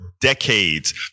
decades